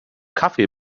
kaffee